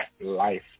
life